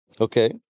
Okay